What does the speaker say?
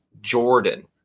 Jordan